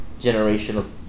generational